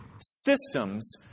systems